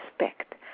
respect